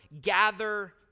gather